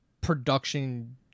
production